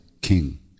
king